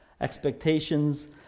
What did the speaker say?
expectations